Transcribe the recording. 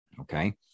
okay